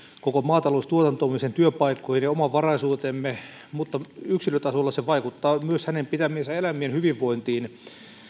koko maataloustuotantoon ja sen työpaikkoihin ja omavaraisuuteemme mutta yksilötasolla se vaikuttaa myös hänen pitämiensä eläimien hyvinvointiin